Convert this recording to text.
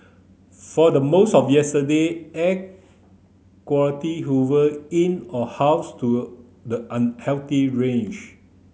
for the most of yesterday air quality hover in or house to the unhealthy range